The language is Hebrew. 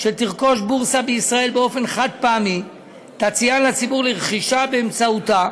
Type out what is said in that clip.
שתרכוש בורסה בישראל באופן חד-פעמי ותציען לציבור לרכישה באמצעותה,